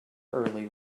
early